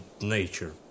nature